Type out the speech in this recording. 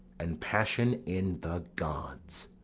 and passion in the gods.